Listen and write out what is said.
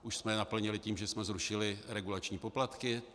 Už jsme je naplnili tím, že jsme zrušili regulační poplatky.